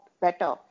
better